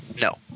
no